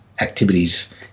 activities